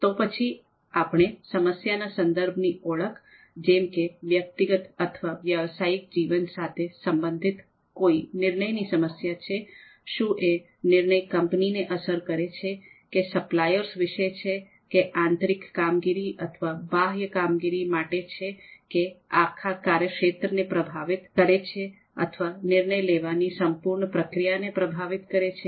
તો પછી આપણે સમસ્યાના સંદર્ભની ઓળખ જેમ કે તે વ્યક્તિગત અથવા વ્યવસાયિક જીવન સાથે સંબંધિત કોઈ નિર્ણયની સમસ્યા છે શું એ નિર્ણય કંપનીને અસર કરે છે કે સપ્લાયર્સ વિશે છે કે તે આંતરિક કામગીરી અથવા બાહ્ય કામગીરી માટે છે કે તે આખા કાર્યક્ષેત્રને પ્રભાવિત કરે છે અથવા નિર્ણય લેવા ની સંપૂર્ણ પ્રક્રિયાને પ્રભાવિત કરે છે